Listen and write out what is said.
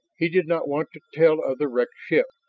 he did not want to tell of the wrecked ship,